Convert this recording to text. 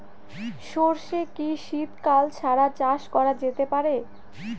সর্ষে কি শীত কাল ছাড়া চাষ করা যেতে পারে?